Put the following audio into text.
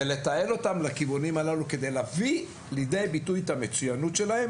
ולתעל אותם לכיוונים הללו כדי להביא לידי ביטוי את המצוינות שלהם